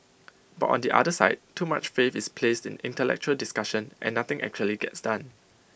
but on the other side too much faith is placed in intellectual discussion and nothing actually gets done